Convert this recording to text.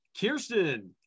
Kirsten